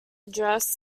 address